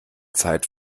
zeit